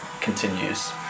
continues